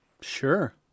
Sure